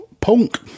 punk